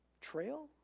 trail